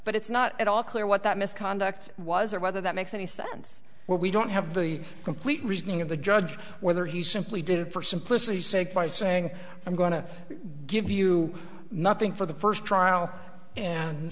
but it's not at all clear what that misconduct was or whether that makes any sense where we don't have the complete reasoning of the judge whether he simply didn't for simplicity sake by saying i'm going to give you nothing for the first